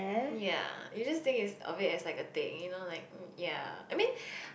ya you just think it's a bit it's like a thing you know like ya I mean